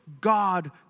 God